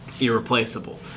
irreplaceable